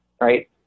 right